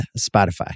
Spotify